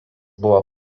buvo